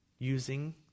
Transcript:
Using